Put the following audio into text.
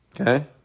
Okay